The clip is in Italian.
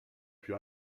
più